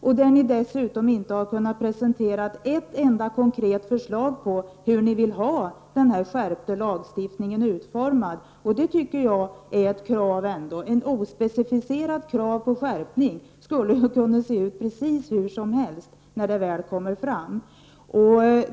Ni i centerpartiet har inte heller kunnat presentera ett enda konkret förslag till hur ni vill att denna skärpning av lagstiftningen skall utformas. Detta tycker jag är ett krav. Ett ospecifiserat krav på en skärpning skulle ju kunna innebära att lagen ser ut precis hur som helst när den är färdig.